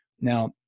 Now